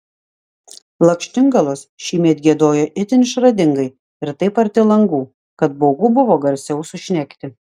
lakštingalos šįmet giedojo itin išradingai ir taip arti langų kad baugu buvo garsiau sušnekti